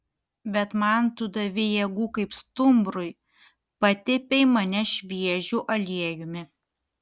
bet man tu davei jėgų kaip stumbrui patepei mane šviežiu aliejumi